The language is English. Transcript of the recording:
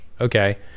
Okay